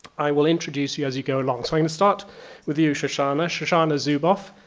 i will introduce you as you go along. so i'm gonna start with you shoshana, shoshana zuboff,